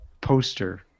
poster